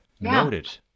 Noted